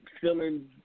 feeling